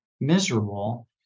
miserable